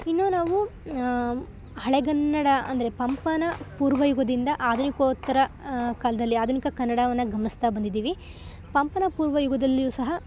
ಇನ್ನು ನಾವು ಹಳೆಗನ್ನಡ ಅಂದರೆ ಪಂಪನ ಪೂರ್ವ ಯುಗದಿಂದ ಆಧುನಿಕೋತ್ತರ ಕಾಲದಲ್ಲಿ ಆಧುನಿಕ ಕನ್ನಡವನ್ನು ಗಮನಿಸ್ತಾ ಬಂದಿದ್ದೀವಿ ಪಂಪನ ಪೂರ್ವ ಯುಗದಲ್ಲಿಯು ಸಹ